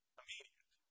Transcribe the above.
immediate